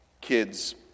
kids